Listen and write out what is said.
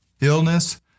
Illness